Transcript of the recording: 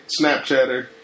Snapchatter